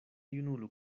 junulo